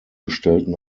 gestellten